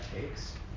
takes